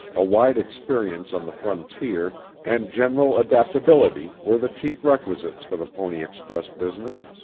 a wide experience on the frontier and general adaptability were the chief requisites for the pony express business.